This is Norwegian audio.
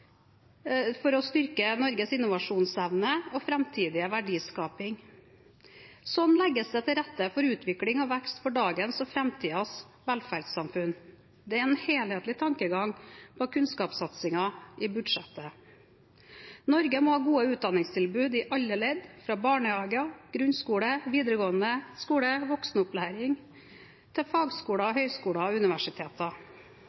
styrke Norges innovasjonsevne og framtidige verdiskaping. Slik legges det til rette for utvikling og vekst for dagens og framtidens velferdssamfunn. Det er en helhetlig tankegang bak kunnskapssatsingen i budsjettet. Norge må ha gode utdanningstilbud i alle ledd, fra barnehage, grunnskole, videregående skole og voksenopplæring til fagskoler,